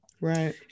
Right